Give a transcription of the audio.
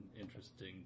interesting